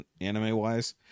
anime-wise